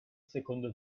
secondo